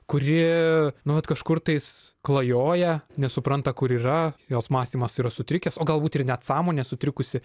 kuri nuolat kažkur tais klajoja nesupranta kur yra jos mąstymas yra sutrikęs o galbūt ir net sąmonė sutrikusi